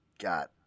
got